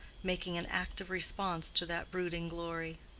making an active response to that brooding glory.